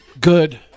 Good